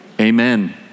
amen